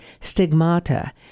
stigmata